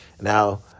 Now